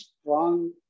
strong